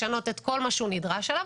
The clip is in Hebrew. לשנות את כל מה שהוא נדרש לו.